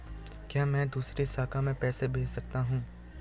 क्या मैं दूसरी शाखा में पैसे भेज सकता हूँ?